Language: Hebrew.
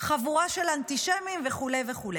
חבורה של אנטישמים, וכו' וכו'.